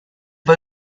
pas